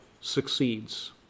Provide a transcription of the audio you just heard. succeeds